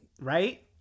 right